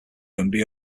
can